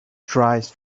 tries